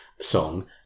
song